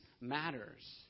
matters